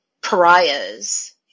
pariahs